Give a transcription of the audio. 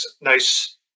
nice